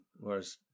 whereas